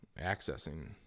accessing